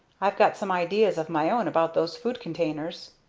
i've got some ideas of my own about those food containers.